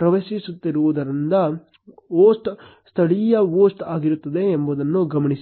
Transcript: ಪ್ರವೇಶಿಸುತ್ತಿರುವುದರಿಂದ host ಸ್ಥಳೀಯ host ಆಗಿರುತ್ತದೆ ಎಂಬುದನ್ನು ಗಮನಿಸಿ